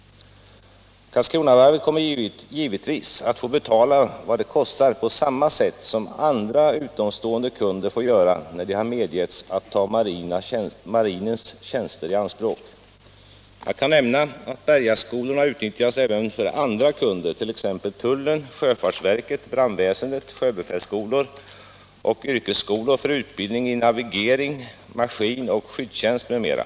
Karlskronavarvet kommer givetvis att få betala vad det kostar på samma sätt som andra utomstående kunder får göra när de har medgetts att ta marinens tjänster i anspråk. Jag kan nämna att Bergaskolorna utnyttjas även för andra kunder, t.ex. tullen, sjöfartsverket, brandväsendet, sjöbefälsskolor och yrkesskolor för utbildning i navigering, maskinoch skyddstjänst m.m.